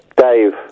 Dave